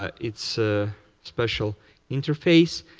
but it's a special interface.